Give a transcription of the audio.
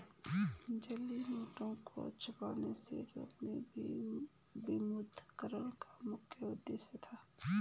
जाली नोटों को छपने से रोकना भी विमुद्रीकरण का मुख्य उद्देश्य था